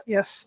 Yes